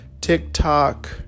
TikTok